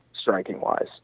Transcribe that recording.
striking-wise